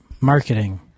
Marketing